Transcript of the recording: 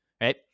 Right